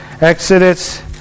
Exodus